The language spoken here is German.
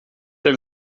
ein